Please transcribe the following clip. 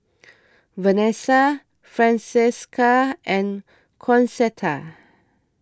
Venessa Francesca and Concetta